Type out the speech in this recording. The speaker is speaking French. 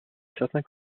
certains